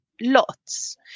lots